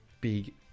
big